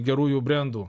gerųjų brendų